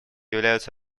являются